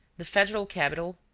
the federal capital,